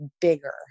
bigger